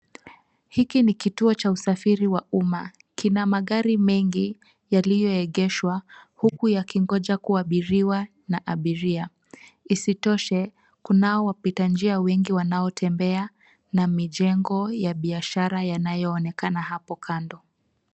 Hiki ni kituo cha usafiri wa umma kina magari mengi yalioegeshwa huku yakingoja kuabiriwa na abiria isitoshe kunao wapita njia wengi wanaotembea na mijengo ya biashara yanayoonekana hapo kando.